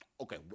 Okay